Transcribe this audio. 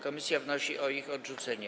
Komisja wnosi o ich odrzucenie.